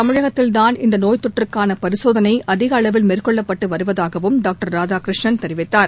தமிழகத்தில் தான் இந்த நோய்த்தொற்றுக்காள பரிசோதனை அதிகளவில் மேற்கொள்ளப்பட்டு வருவதாகவும் டாக்டர் ராதாகிருஷ்ணன் தெரிவித்தார்